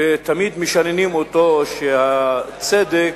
ותמיד משננים אותו, שהצדק